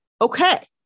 okay